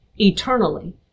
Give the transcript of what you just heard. eternally